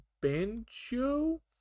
banjo